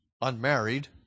unmarried